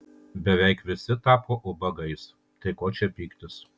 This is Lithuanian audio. beveik visi tapo ubagais tai ko čia pyktis